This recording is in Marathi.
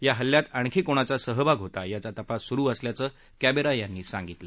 या हल्ल्यात आणखी कोणाचा सहभाग होता याचा तपास सुरु असल्याचं क्खिरायांनी सांगितलं